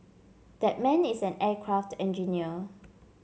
that man is an aircraft engineer